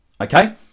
okay